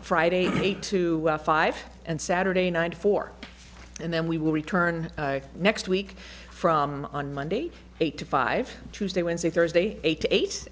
friday eight to five and saturday night four and then we will return next week from on monday eight to five tuesday wednesday thursday eight to eight